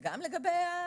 גם לגבי התשלום.